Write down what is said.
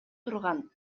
турган